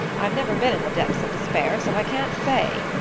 i've never been in the depths of despair, so i can't say,